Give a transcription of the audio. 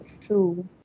true